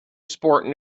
sport